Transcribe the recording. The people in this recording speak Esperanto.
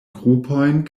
grupojn